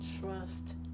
trust